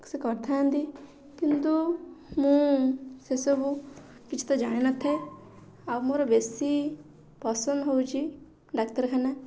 କରିଥାନ୍ତି କିନ୍ତୁ ମୁଁ ସେସବୁ କିଛି ତ ଜାଣିନଥାଏ ଆଉ ମୋର ବେଶି ପସନ୍ଦ ହେଉଛି ଡାକ୍ତରଖାନା